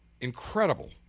incredible